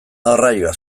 arraioa